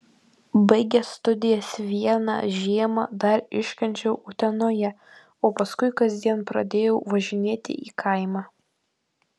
baigęs studijas vieną žiemą dar iškenčiau utenoje o paskui kasdien pradėjau važinėti į kaimą